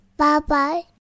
Bye-bye